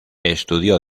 estudió